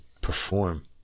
perform